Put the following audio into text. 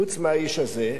חוץ מהאיש הזה,